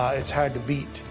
ah it's hard to beat.